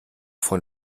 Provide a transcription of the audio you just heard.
von